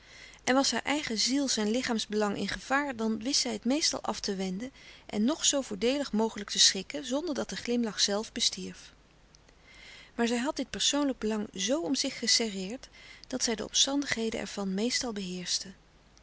en was haar eigen ziels en lichaamsbelang in gevaar dan wist zij het meestal af te wenden en nog zoo voordeelig mogelijk te schikken zonderdat de glimlach zelfs bestierf maar zij had dit persoonlijk belang zoo om zich geserreerd dat zij de omstandigheden ervan meestal beheerschte